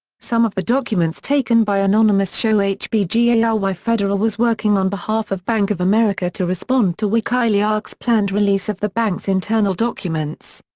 some of the documents taken by anonymous show hbgary ah federal was working on behalf of bank of america to respond to wikileaks' planned release of the bank's internal documents.